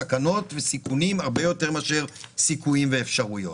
סכנות וסיכונים הרבה יותר מאשר סיכויים ואפשרויות.